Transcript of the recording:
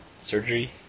surgery